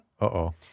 Uh-oh